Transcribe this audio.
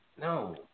No